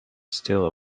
still